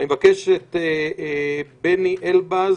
אני מבקש את בני אלבז,